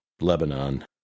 Lebanon